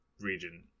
region